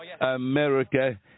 America